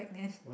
back then